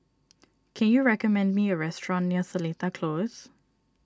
can you recommend me a restaurant near Seletar Close